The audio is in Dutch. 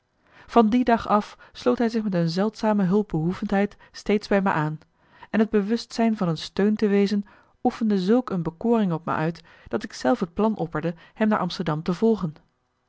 van die dag af sloot hij zich met een zeldzame hulpbehoevendheid steeds bij me aan en het bewustmarcellus emants een nagelaten bekentenis zijn van een steun te wezen oefende zulk een bekoring op me uit dat ik zelf het plan opperde hem naar amsterdam te volgen